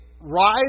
rise